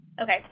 Okay